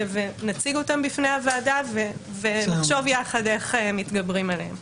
נציג אותם בפני הוועדה ונחשוב יחד איך מתגברים עליהם.